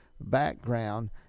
background